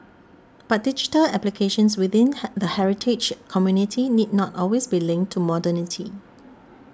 but digital applications within hen the heritage community need not always be linked to modernity